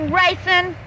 racing